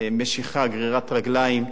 היתה משיכה, גרירת רגליים,